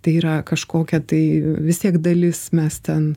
tai yra kažkokia tai vis tiek dalis mes ten